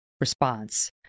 response